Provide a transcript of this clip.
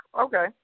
Okay